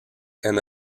and